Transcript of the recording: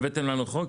והבאתם לנו חוק?